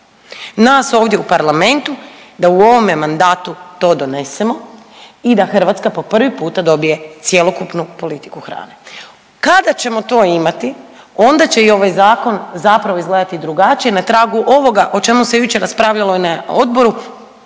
nas ovdje u parlamentu da u ovome mandatu to donesemo i da Hrvatska po prvi puta dobije cjelokupnu politiku hrane. Kada ćemo to imati onda će i ovaj zakon zapravo izgledati drugačije na tragu ovoga o čemu se jučer raspravljamo i na odboru